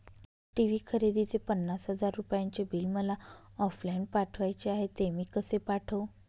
TV खरेदीचे पन्नास हजार रुपयांचे बिल मला ऑफलाईन पाठवायचे आहे, ते मी कसे पाठवू?